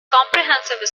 comprehensive